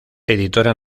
editora